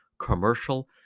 commercial